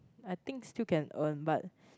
I think still can earn but